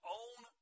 own